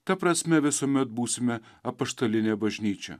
ta prasme visuomet būsime apaštalinė bažnyčia